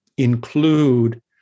include